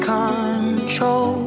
control